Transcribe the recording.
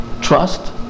trust